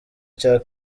cya